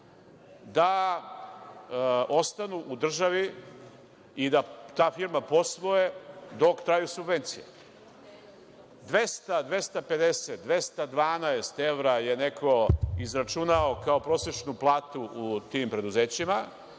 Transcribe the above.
da ostanu u državi i da ta firma posluje dok traju subvencije. Dvesta, 250, 212 evra je neko izračunao kao prosečnu platu u tim preduzećima.